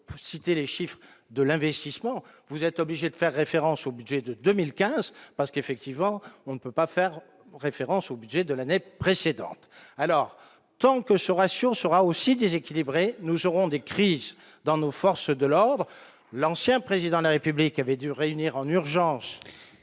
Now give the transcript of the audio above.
vous citez les chiffres de l'investissement, vous êtes obligé de faire référence au budget de 2015, parce qu'effectivement on ne peut pas faire référence au budget de l'année précédente, alors, tant que ce ratio sera aussi déséquilibré, nous aurons des crises dans nos forces de l'ordre, l'ancien président de la République avait dû réunir en urgence,